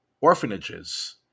orphanages